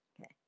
Okay